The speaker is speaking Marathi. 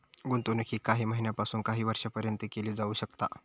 गुंतवणूक ही काही महिन्यापासून काही वर्षापर्यंत केली जाऊ शकता